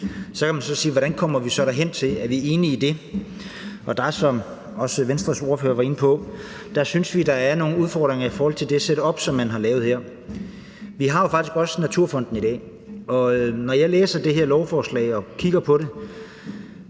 Så kan man sige: Hvordan kommer vi så derhen? Er vi enige i det? Og som også Venstres ordfører var inde på, synes vi, at der er nogle udfordringer i forhold til det setup, som man har lavet her. Vi har jo faktisk også Naturfonden i dag, og når jeg læser det her lovforslag og kigger på det,